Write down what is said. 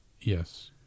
Yes